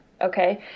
Okay